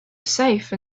safe